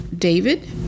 David